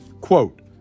quote